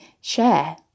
share